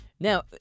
Now